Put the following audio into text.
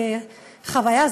בחוויה,